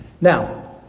Now